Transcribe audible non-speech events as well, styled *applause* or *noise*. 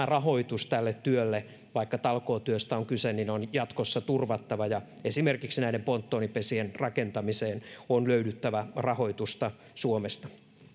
*unintelligible* rahoitus tälle työlle vaikka talkootyöstä on kyse on jatkossa turvattava ja esimerkiksi näiden ponttonipesien rakentamiseen on löydyttävä rahoitusta suomesta